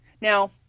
Now